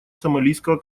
сомалийского